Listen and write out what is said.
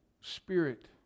spirit